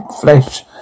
flesh